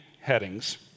headings